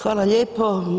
Hvala lijepo.